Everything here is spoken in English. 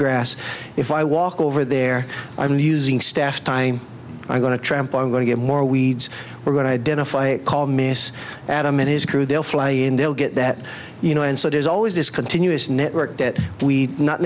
grass if i walk over there i'm using staff time i'm going to tramp i'm going to get more weeds we're going to identify it call miss adam and his crew they'll fly in they'll get that you know and so there's always this continuous network that we not